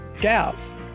gals